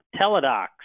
TeleDocs